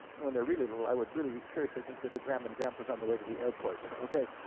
and when they're really little i would really, seriously consider grandma and grandpa's on the way to the airport, okay.